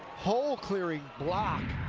hole-clearing block,